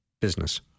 business